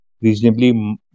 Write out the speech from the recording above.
Reasonably